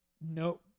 no